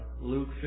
Luke